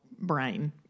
brain